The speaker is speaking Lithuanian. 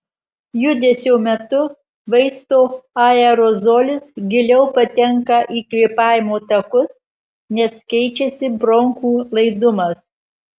judesio metu vaisto aerozolis giliau patenka į kvėpavimo takus nes keičiasi bronchų laidumas